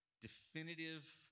definitive